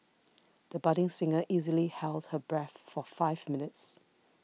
the budding singer easily held her breath for five minutes